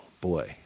boy